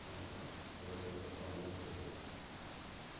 ଆବଶ୍ୟକତା ଅନେକ ରହିଅଛି